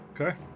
Okay